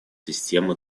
системы